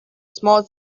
small